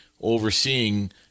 overseeing